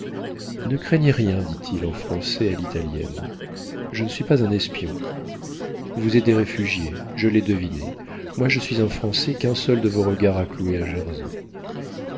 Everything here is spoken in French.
ne craignez rien dit-il en français à l'italienne je ne suis pas un espion vous êtes des réfugiés je l'ai deviné moi je suis un français qu'un seul de vos regards a cloué à